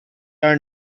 are